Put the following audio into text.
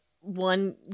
one